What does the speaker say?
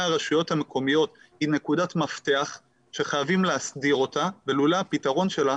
הרשויות המקומיות היא נקודת מפתח שחייבים להסדיר אותה ולולא הפתרון שלה